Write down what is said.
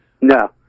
No